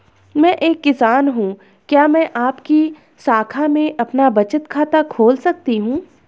मैं एक किसान हूँ क्या मैं आपकी शाखा में अपना बचत खाता खोल सकती हूँ?